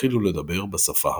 והתחילו לדבר בשפה המקומית.